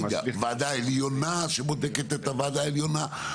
לא יודע, ועדה עליונה שבודקת או משהו.